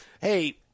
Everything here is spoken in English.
hey